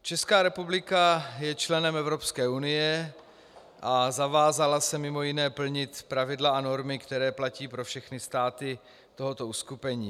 Česká republika je členem Evropské unie a zavázala se mimo jiné plnit pravidla a normy, které platí pro všechny státy tohoto uskupení.